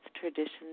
tradition